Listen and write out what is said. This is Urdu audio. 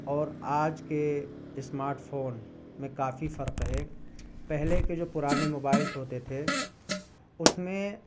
اور آج کے اسماٹ فون میں کافی فرق ہے پہلے کے جو پرانے موبائلس ہوتے تھے اس میں